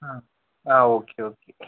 ആ ആ ഓക്കേ ഒക്കെ